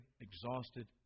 exhausted